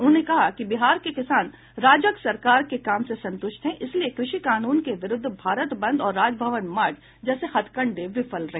उन्होंने कहा कि बिहार के किसान राजग सरकार के काम से संतुष्ट हैं इसलिए कृषि कानून के विरुद्ध भारत बंद और राजभवन मार्च जैसे हथकंडे विफल रहे